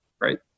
right